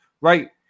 right